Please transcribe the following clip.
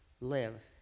live